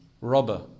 robber